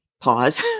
pause